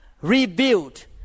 rebuild